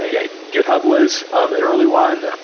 yeah. github was an early one.